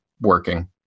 working